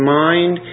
mind